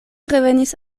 revenis